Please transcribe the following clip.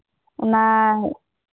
ᱚᱱᱟ